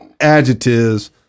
adjectives